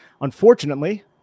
unfortunately